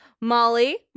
Molly